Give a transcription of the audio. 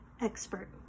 expert